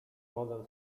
mogę